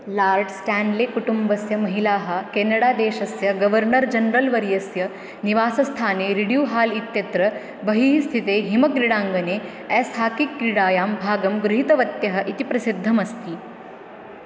Lord Stanley कुटुम्बस्य महिलाः केनडादेशस्य गवर्नर् जन्रल् वर्यस्य निवासस्थाने रिड्यू हाल् इत्यत्र बहिः स्थिते हिमक्रीडाङ्गने एस् हाकि क्रीडायां भागं गृहीतवत्यः इति प्रसिद्धमस्ति